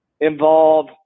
involve